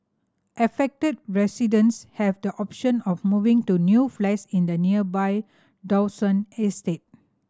affected residents have the option of moving to new flats in the nearby Dawson estate